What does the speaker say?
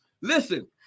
Listen